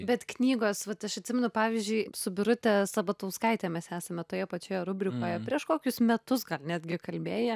bet knygos vat aš atsimenu pavyzdžiui su birute sabatauskaite mes esame toje pačioje rubrikoje prieš kokius metus gal netgi kalbėję